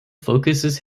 focuses